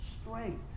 strength